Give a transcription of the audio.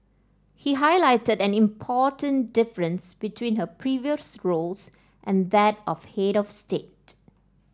he highlighted an important difference between her previous roles and that of head of state